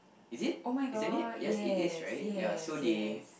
is it isn't it yes it is right ya so they